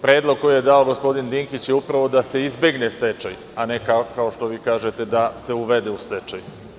Predlog koji je dao gospodin Dinkić je upravo da se izbegne stečaj, a ne kao što vi kažete da se uvede u stečaj.